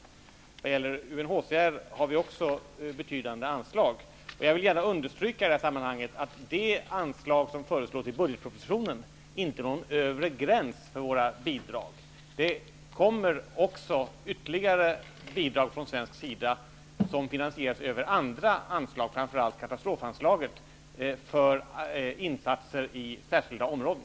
När det gäller UNHCR har vi också betydande anslag. Jag vill i det här sammanhanget gärna understryka att det anslag som föreslås i budgetpropositionen inte är någon övre gräns för våra bidrag. Det kommer ytterligare bidrag från svensk sida, som finansieras över andra anslag, framför allt katastrofanslaget, för insatser i särskilda områden.